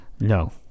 No